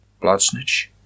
Bloodsnitch